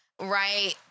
right